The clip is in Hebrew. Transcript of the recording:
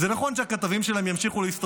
זה נכון שהם ימשיכו לשדר בכל דרך,